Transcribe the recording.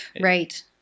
Right